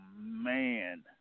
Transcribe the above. man